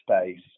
space